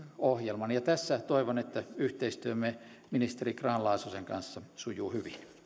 ohjelman tässä toivon että yhteistyömme ministeri grahn laasosen kanssa sujuu